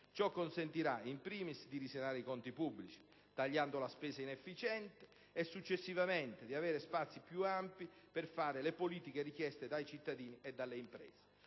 Ciò consentirà, *in primis*, di risanare i conti pubblici tagliando la spesa inefficiente e, successivamente, di avere spazi più ampi per fare le politiche richieste dai cittadini e dalle imprese.